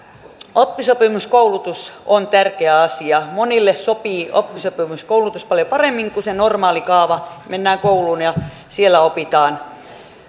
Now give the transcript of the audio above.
oppisopimuskoulutus on tärkeä asia monille sopii oppisopimuskoulutus paljon paremmin kuin se normaali kaava mennään kouluun ja siellä opitaan